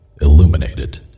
Illuminated